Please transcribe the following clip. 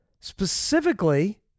specifically